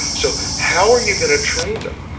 so how are you going to train them?